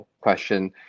question